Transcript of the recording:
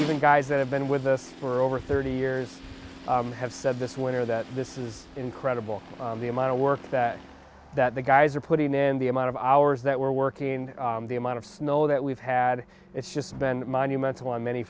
the guys that have been with us for over thirty years have said this winter that this is incredible the amount of work that that the guys are putting in the amount of hours that we're working the amount of snow that we've had it's just been monumental on many